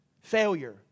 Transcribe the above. Failure